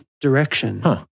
direction